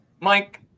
Mike